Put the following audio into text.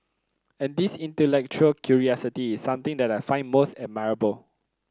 and this intellectual curiosity is something that I find most admirable